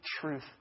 truth